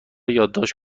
یادداشت